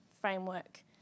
framework